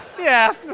yeah,